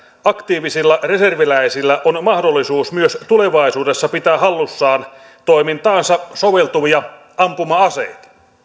aktiivisilla reserviläisillä on mahdollisuus myös tulevaisuudessa pitää hallussaan toimintaansa soveltuvia ampuma aseita